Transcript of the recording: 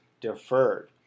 deferred